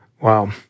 Wow